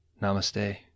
Namaste